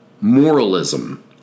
moralism